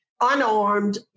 unarmed